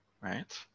right